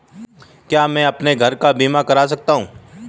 क्या मैं अपने घर का बीमा करा सकता हूँ?